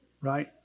Right